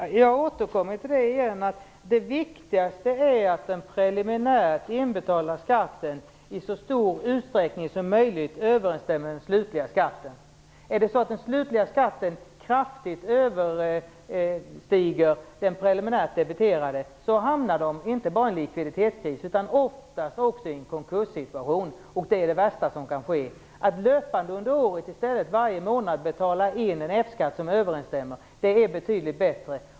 Fru talman! Jag återkommer till detta igen. Det viktigaste är att den preliminärt inbetalda skatten i så stor utsträckning som möjligt överensstämmer med den slutliga skatten. Om den slutliga skatten kraftigt överstiger den preliminärt debiterade hamnar de inte bara i en likviditetskris utan oftast även i en konkurssituation. Det är det värsta som kan ske. Att i stället löpande under året varje månad betala in en F-skatt som överensstämmer är betydligt bättre.